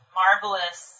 marvelous